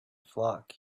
flock